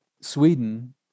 Sweden